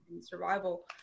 survival